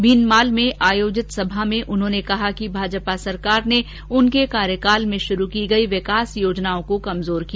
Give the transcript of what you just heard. भीनमाल में आयोजित सभा में उन्होंने कहा कि भाजपा सरकार ने उनके कार्यकाल में शुरू की गई विकास योजनाओं को कमजोर किया